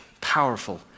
powerful